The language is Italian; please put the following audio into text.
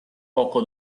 poco